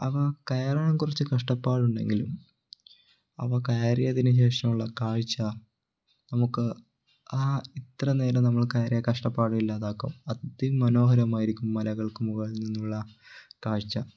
അവ കയറാൻ കുറച്ച് കഷ്ടപ്പാടുണ്ടെങ്കിലും അവ കയറിയതിന് ശേഷമുള്ള കാഴ്ച നമുക്ക് ആ ഇത്ര നേരം നമ്മൾ കയറിയ കഷ്ടപ്പാട് ഇല്ലാതാക്കും അതിമനോഹരമായിരിക്കും മലകൾക്ക് മുകളിൽ നിന്നുള്ള കാഴ്ച